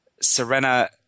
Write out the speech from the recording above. Serena